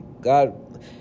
God